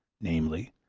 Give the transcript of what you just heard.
namely,